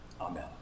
Amen